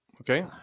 Okay